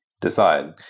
decide